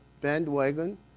bandwagon